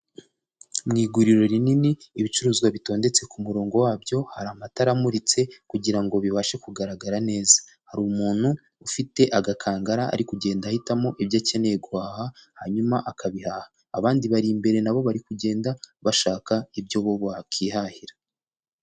Mu iguriro rinini, ibicuruzwa bitondetse ku murongo wabyo, hari amatara amuritse kugira ngo bibashe kugaragara neza, hari umuntu ufite agakangara ari kugenda ahitamo ibyo akeneye guhaha, hanyuma akabihaha. Abandi bari imbere nabo bari kugenda bashaka ibyo bo bakihahira.